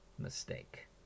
mistake